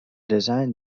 design